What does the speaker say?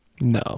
no